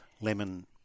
lemon